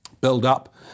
build-up